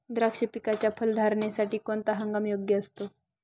द्राक्ष पिकाच्या फलधारणेसाठी कोणता हंगाम योग्य असतो?